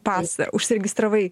pasą užsiregistravai